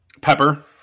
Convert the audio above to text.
Pepper